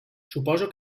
suposo